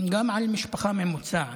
גם על משפחה ממוצעת,